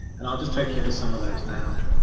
and i'll just take you into some of those now.